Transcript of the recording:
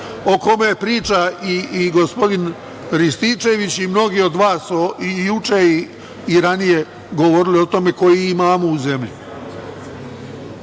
o kome priča i gospodin Rističević i mnogi od vas su i juče i ranije govorili o tome, koji imamo u zemlji. Mene